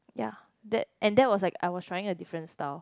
ya that and that was like I was trying a different style